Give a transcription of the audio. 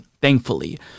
thankfully